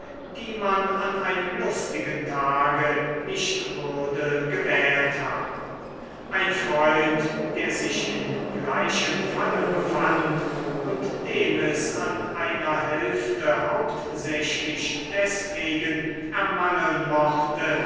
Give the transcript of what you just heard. die man an einem lustigen tage nicht würde gewählt haben ein freund der sich in gleichem falle befand und dem es an einer hälfte hauptsächlich deswegen ermangeln mochte